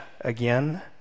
again